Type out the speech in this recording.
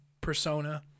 persona